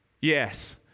Yes